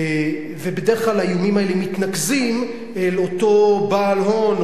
ובדרך כלל האיומים האלה מתנקזים לאותו בעל-הון,